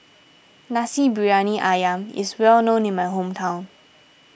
Nasi Briyani Ayam is well known in my hometown